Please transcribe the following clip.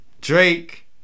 Drake